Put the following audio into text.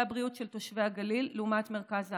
הבריאות של תושבי הגליל לעומת מרכז הארץ,